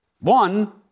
One